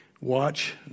Watch